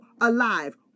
alive